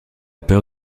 peur